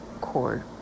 cord